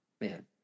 Man